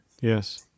Yes